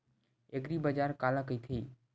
एग्रीबाजार काला कइथे?